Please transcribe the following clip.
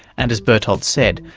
and as bertolt said,